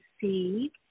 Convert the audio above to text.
see